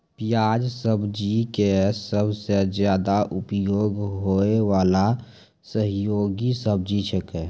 प्याज सब्जी के सबसॅ ज्यादा उपयोग होय वाला सहयोगी सब्जी छेकै